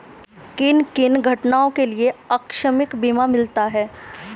किन किन घटनाओं के लिए आकस्मिक बीमा मिलता है?